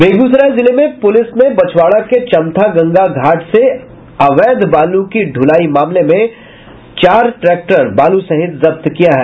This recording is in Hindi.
बेगूसराय जिले में पूलिस ने बछवाड़ा के चमथा गंगा घाट से अवैध बालू की दुलाई मामले में बालू समेत चार ट्रैक्टर को जब्त किया है